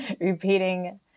repeating